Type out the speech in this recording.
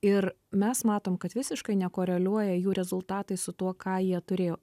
ir mes matom kad visiškai nekoreliuoja jų rezultatai su tuo ką jie turėjo